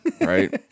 Right